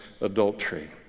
adultery